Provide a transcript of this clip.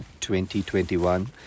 2021